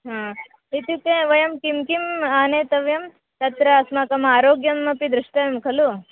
हा इत्युक्ते वयं किं किम् आनेतव्यं तत्र अस्माकम् आरोग्यमपि द्रष्टव्यं खलु